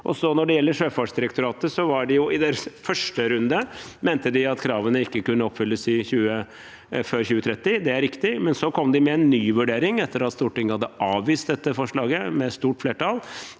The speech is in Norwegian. Når det gjelder Sjøfartsdirektoratet, mente de i sin første runde at kravene ikke kunne oppfylles før 2030. Det er riktig. Men så kom de med en ny vurdering etter at Stortinget hadde avvist dette forslaget med stort flertall,